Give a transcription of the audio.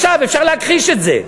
עכשיו, אפשר להכחיש את זה.